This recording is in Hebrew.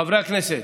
חברי הכנסת,